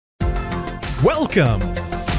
Welcome